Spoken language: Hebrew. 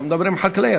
אתה מדבר עם חקלאי,